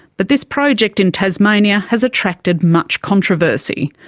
but this project in tasmania has attracted much controversy.